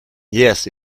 yes